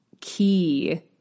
key